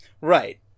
right